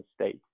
state